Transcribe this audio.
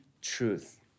truth